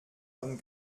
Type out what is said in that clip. von